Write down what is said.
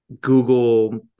Google